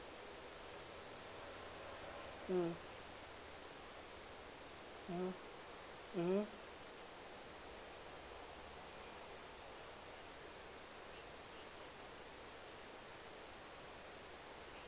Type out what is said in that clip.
mm mmhmm mmhmm